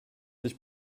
sich